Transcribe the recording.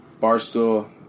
Barstool